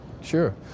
Sure